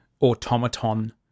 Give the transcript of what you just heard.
automaton